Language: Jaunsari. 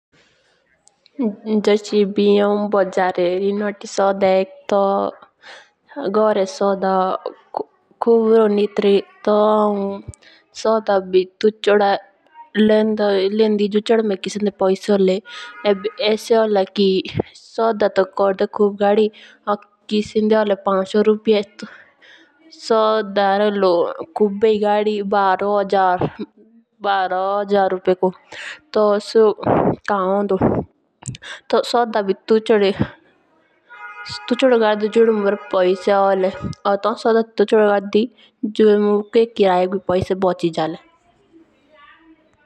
जस एबि हौं बजारे री नोथी सोडेक रो घोरे सोडा खोब रो नित्रे तो हां। सोडा भी तुछोदो लेंदी जुचोदे मेरे खिस्ंदे पैसे होले। ईब लेसे होल की सोडा तो कोर्डे खूब गाडी रो खिसिंदे होला पाच सो रुपिये सोडा रोलो खूबी घड़ी बारो हागर रुपे को तो सोडा भी तुछोदो गड्डे जुचोडे नू भर पोइज़ होल।